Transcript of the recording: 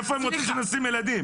איפה הם רוצים שנשים ילדים?